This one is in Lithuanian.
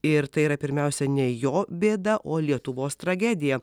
ir tai yra pirmiausia ne jo bėda o lietuvos tragedija